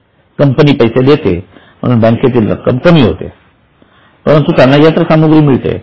company पैसे देते म्हणून बँकेतील रक्कम कमी होते परंतु त्यांना यंत्रसामुग्री मिळेल